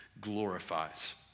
glorifies